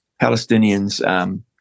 Palestinians